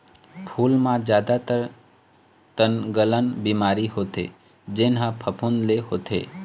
फूल म जादातर तनगलन बिमारी होथे जेन ह फफूंद ले होथे